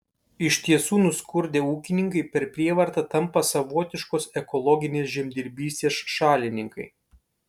iš tiesų nuskurdę ūkininkai per prievartą tampa savotiškos ekologinės žemdirbystės šalininkai